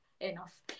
enough